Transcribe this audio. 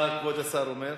מה כבוד השר אומר?